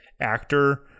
actor